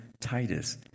Titus